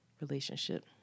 Relationship